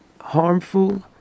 harmful